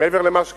מעבר למה שקיים,